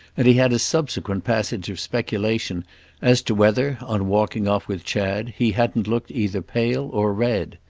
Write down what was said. and he had a subsequent passage of speculation as to whether, on walking off with chad, he hadn't looked either pale or red.